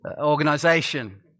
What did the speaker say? organization